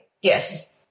Yes